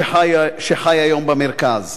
שחי היום במרכז"